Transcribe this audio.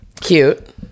Cute